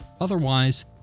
Otherwise